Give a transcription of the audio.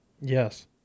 Yes